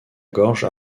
gorge